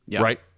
Right